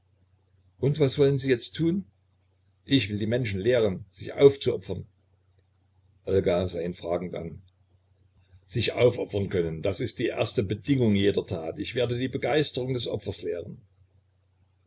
und was wollen sie jetzt tun ich will die menschen lehren sich aufzuopfern olga sah ihn fragend an sich aufopfern können das ist die erste bedingung jeder tat ich werde die begeisterung des opfers lehren